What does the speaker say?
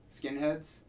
skinheads